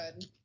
good